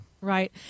Right